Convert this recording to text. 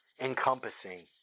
encompassing